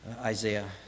Isaiah